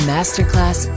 Masterclass